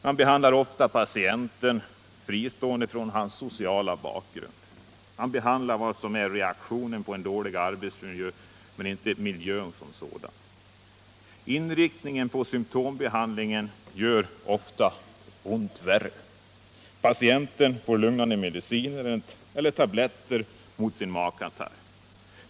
Man behandlar ofta patienten fristående från hans sociala bakgrund. Man behandlar vad som är reaktionen på en dålig arbetsmiljö men inte miljön som sådan. Inriktningen på symtombehandling gör ofta ont värre. Patienten får lugnande mediciner eller tabletter mot sin magkatarr.